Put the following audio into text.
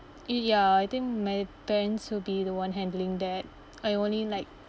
y~ ya I think my parents will be the one handling that I only like